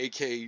AK